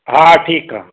हा ठीकु आहे